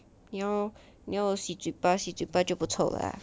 你有你有洗嘴巴洗嘴巴就不臭了 ah